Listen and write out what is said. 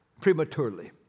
prematurely